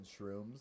shrooms